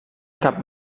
cap